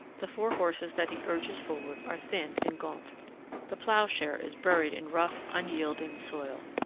the four horses that he urges forward are thin and gaunt the ploughshare is buried in rough, unyielding soil.